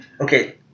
okay